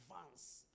advance